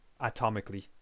atomically